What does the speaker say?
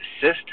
system